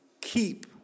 keep